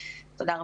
תודה רבה.